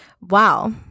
Wow